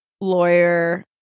lawyer